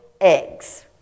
eggs